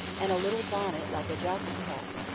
and a little bonnet like a jockey-cap,